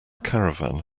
caravan